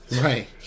Right